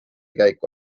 käiku